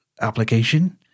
application